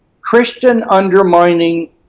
Christian-undermining